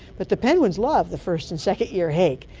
but the penguins love the first and second-year hake.